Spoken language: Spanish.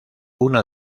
una